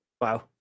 Wow